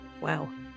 Wow